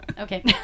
Okay